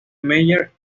meyer